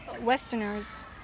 Westerners